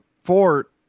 fort